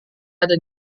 ada